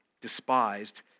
despised